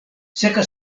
seka